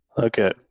Okay